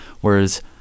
whereas